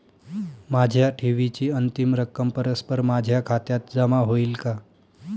माझ्या ठेवीची अंतिम रक्कम परस्पर माझ्या खात्यात जमा होईल का?